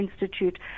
Institute